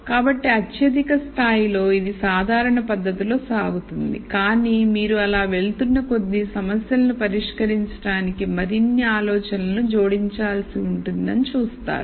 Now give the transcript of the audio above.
కాబట్టి అత్యధిక స్థాయిలో ఇది సాధారణ పద్ధతిలో సాగుతుంది కానీ మీరు అలా వెళ్తున్న కొద్దీ సమస్యలను పరిష్కరించడానికి మరిన్ని ఆలోచనలను జోడించాల్సి ఉంటుందని మీరు చూస్తారు